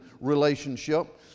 relationship